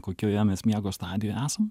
kokioje mes miego stadijoje esame